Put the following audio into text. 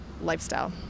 lifestyle